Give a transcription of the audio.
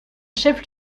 chef